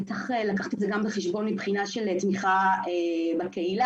וצריך לקחת את זה בחשבון מבחינת תמיכה בקהילה,